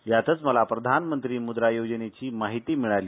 यातच मला प्रधानमंत्री मुद्रा योजनेची माहिती मिळाली